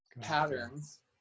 patterns